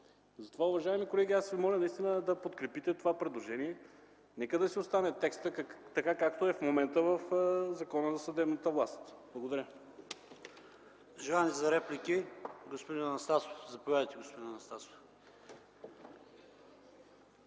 Затова, уважаеми колеги, аз ви моля наистина да подкрепите това предложение. Нека да си остане текстът, така както е в момента в Закона за съдебната власт. Благодаря. ПРЕДСЕДАТЕЛ ПАВЕЛ ШОПОВ: Желания за реплики? Заповядайте, господин Анастасов.